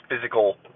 physical